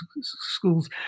schools